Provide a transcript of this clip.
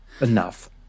enough